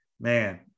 Man